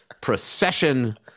procession